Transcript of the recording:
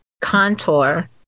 contour